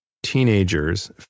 teenagers